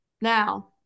Now